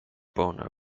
boner